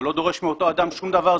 זה לא דורש מאותו אדם שום דבר,